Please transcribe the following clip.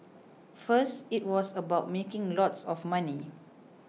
first it was about making lots of money